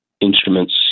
instruments